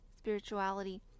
spirituality